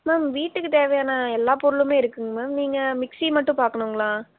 ma'am வீட்டுக்குத் தேவையான எல்லாப்பொருளுமே இருக்குங்க மேம் நீங்கள் மிக்ஸி மட்டும் பார்க்கணுங்ளா